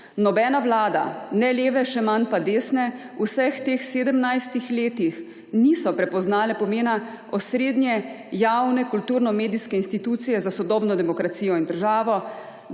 Nobena vlada, ne leve še manj pa desne, v vseh teh 17 letih niso prepoznale pomena osrednje javne kulturnomedijske institucije za sodobno demokracijo in državo,